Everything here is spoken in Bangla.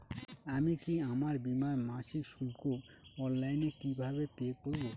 আমি কি আমার বীমার মাসিক শুল্ক অনলাইনে কিভাবে পে করব?